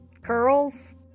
curls